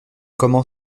comment